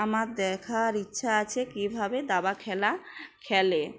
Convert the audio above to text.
আমার দেখার ইচ্ছা আছে কীভাবে দাবা খেলা খেলে